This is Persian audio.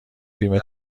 فیلم